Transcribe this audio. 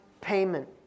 payment